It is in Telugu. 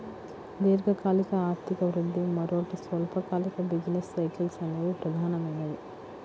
దీర్ఘకాలిక ఆర్థిక వృద్ధి, మరోటి స్వల్పకాలిక బిజినెస్ సైకిల్స్ అనేవి ప్రధానమైనవి